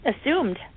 assumed